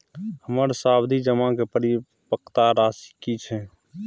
हमर सावधि जमा के परिपक्वता राशि की छै?